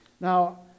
Now